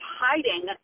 hiding